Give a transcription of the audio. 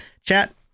Chat